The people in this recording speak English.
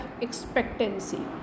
expectancy